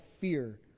fear